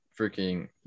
freaking